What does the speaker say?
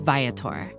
Viator